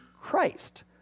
Christ